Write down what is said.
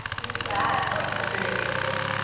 you see that? like that's ridiculous.